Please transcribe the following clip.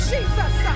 Jesus